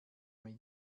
mir